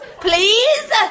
please